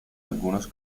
algunos